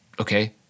okay